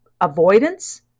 avoidance